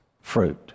fruit